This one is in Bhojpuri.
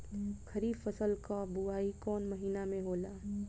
खरीफ फसल क बुवाई कौन महीना में होला?